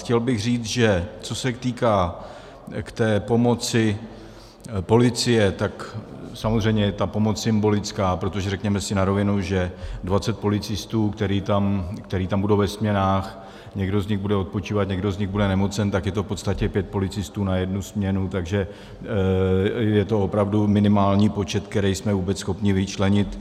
Chtěl bych říct, že co se týká té pomoci policie, tak samozřejmě je ta pomoc symbolická, protože řekněme si na rovinu, že dvacet policistů, kteří tam budou ve směnách, někdo z nich bude odpočívat, někdo z nich bude nemocen, tak je to v podstatě pět policistů na jednu směnu, takže je to opravdu minimální počet, který jsme vůbec schopni vyčlenit.